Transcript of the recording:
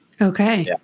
Okay